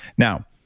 now,